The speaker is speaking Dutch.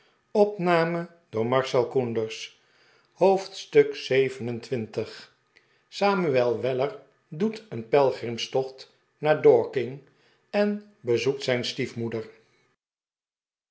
hoofdstuk xxvii samuel weller doet een pelgrimstocht naar dorking en bezoekt zijn stiefmoeder